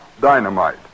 dynamite